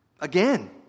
again